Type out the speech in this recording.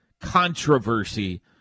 controversy